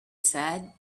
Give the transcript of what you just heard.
said